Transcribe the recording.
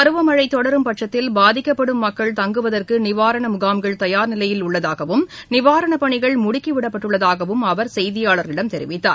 பருவமழைதொடரும்பட்சத்தில் பாதிக்கப்படும் மக்கள் தங்குவதற்குநிவாரணமுகாம்கள் தயார் நிலையில் உள்ளதாகவும் நிவாரணப் பணிகள் முடுக்கிவிடப்பட்டுள்ளதாகவும் அவர் செய்தியாளர்களிடம் தெிவித்தார்